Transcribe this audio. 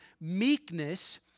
Meekness